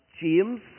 James